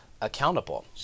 accountable